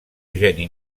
geni